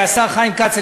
השר חיים כץ,